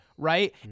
Right